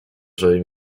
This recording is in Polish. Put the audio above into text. żeby